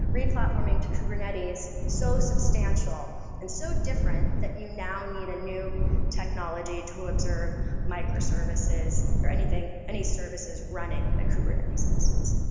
re-platforming to kubernetes so substantial and so different that you now need a new technology to observe microservices or any services running in a kubernetes instance?